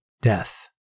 Death